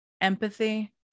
empathy